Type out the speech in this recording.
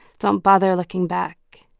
so um bother looking back.